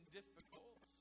difficult